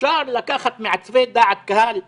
אפשר לקחת מעצבי דעת קהל ערבים,